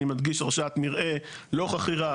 אני מדגיש - הרשאת מרעה, לא חכירה.